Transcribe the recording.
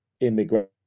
immigration